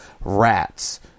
rats